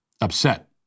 upset